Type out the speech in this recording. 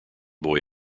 boy